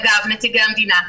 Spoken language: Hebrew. אגב נציגי המדינה.